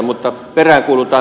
mutta peräänkuulutan